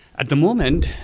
at the moment,